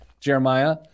Jeremiah